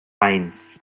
eins